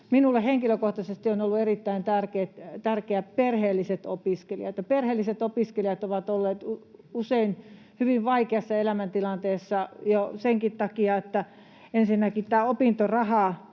minulle henkilökohtaisesti ovat olleet erittäin tärkeitä perheelliset opiskelijat. Perheelliset opiskelijat ovat olleet usein hyvin vaikeassa elämäntilanteessa jo senkin takia, että ensinnäkin tämä opintoraha